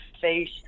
face